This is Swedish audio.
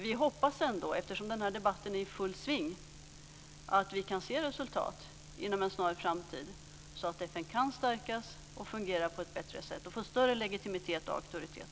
Vi hoppas ändå, eftersom debatten är i full gång, att vi kan se resultat inom en snar framtid så att FN kan stärkas, fungera på ett bättre sätt och få större legitimitet och auktoritet.